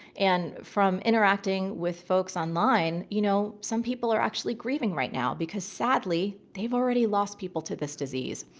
and from interacting with folks online. you know, some people are actually grieving right now because sadly they've already lost people to this disease.